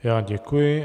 Já děkuji.